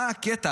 מה הקטע?